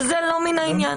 וזה לא מן העניין.